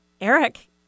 Eric